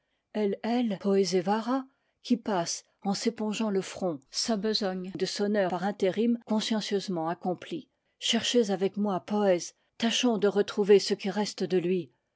qui passe en s'épongeant le front sa besogne de sonneur par intérim consciencieusement accom plie cherchez avec moi poéz tâchons de retrouver ce qui reste de lui